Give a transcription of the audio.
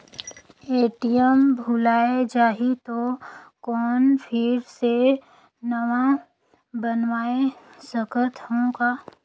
ATM भुलाये जाही तो कौन फिर से नवा बनवाय सकत हो का?